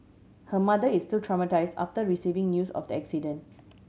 her mother is still traumatise after receiving news of the accident